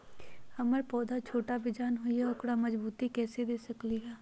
हमर पौधा छोटा बेजान हई उकरा मजबूती कैसे दे सकली ह?